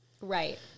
Right